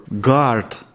guard